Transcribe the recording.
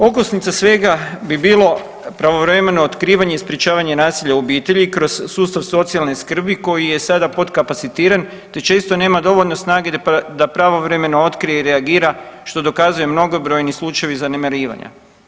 Okosnica svega bi bilo pravovremeno otkrivanje i sprječavanje nasilja u obitelji kroz sustav socijalne skrbi koji je sada podkapacitiran, te često nema dovoljno snage da pravovremeno otkrije i reagira što dokazuju mnogobrojni slučajevi zanemarivanja.